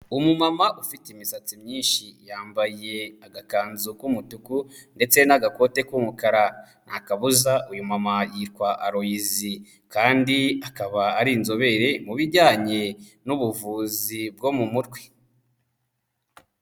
Umumama ufite imisatsi myinshi yambaye agakanzu k'umutuku ndetse n'agakote k'umukara, ntakabuza uyu mumama yitwa Aloysie kandi akaba ari inzobere mu bijyanye n'ubuvuzi bwo mu mutwe.